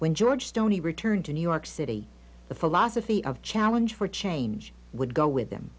when george stoney returned to new york city the philosophy of challenge for change would go with